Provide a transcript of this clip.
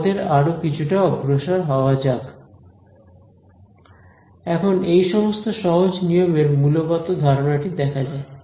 আমাদের আরো কিছুটা অগ্রসর হওয়া যাক এখন এই সমস্ত সহজ নিয়মের মূলগত ধারণাটি দেখা যাক